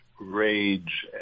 Rage